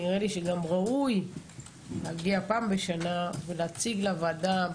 נראה לי שגם ראוי להגיע פעם בשנה ולהציג לוועדה,